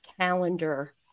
calendar